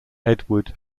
edward